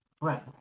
Right